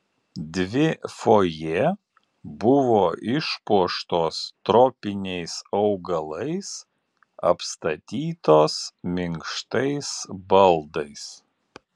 dvi fojė buvo išpuoštos tropiniais augalais apstatytos minkštais baldais